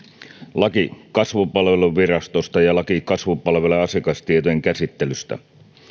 laki kasvupalveluvirastosta ja laki kasvupalvelujen asiakastietojen käsittelystä